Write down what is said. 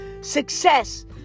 success